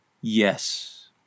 yes